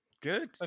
good